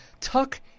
Tuck